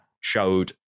showed